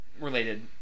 related